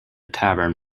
tavern